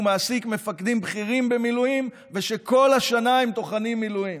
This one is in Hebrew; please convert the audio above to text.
מעסיק מפקדים בכירים במילואים ושכל השנה הם טוחנים מילואים.